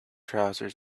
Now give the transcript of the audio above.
trousers